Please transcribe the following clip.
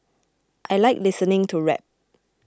I like listening to rap